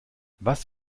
was